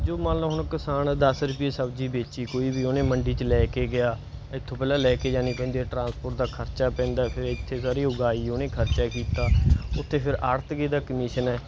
ਜੋ ਮੰਨ ਲਓ ਹੁਣ ਕਿਸਾਨ ਆ ਦਸ ਰੁਪਏ ਸਬਜ਼ੀ ਵੇਚੀ ਕੋਈ ਵੀ ਉਹਨੇ ਮੰਡੀ 'ਚ ਲੈ ਕੇ ਗਿਆ ਇੱਥੋਂ ਪਹਿਲਾਂ ਲੈ ਕੇ ਜਾਣੀ ਪੈਂਦੀ ਹੈ ਟਰਾਂਸਪੋਰਟ ਦਾ ਖਰਚਾ ਪੈਂਦਾ ਫੇਰ ਇੱਥੇ ਸਾਰੇ ਉਗਾਈ ਉਹਨੇ ਖਰਚਾ ਕੀਤਾ ਉੱਥੇ ਫੇਰ ਆੜ੍ਹਤੀਏ ਦਾ ਕਮਿਸ਼ਨ ਹੈ